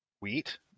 wheat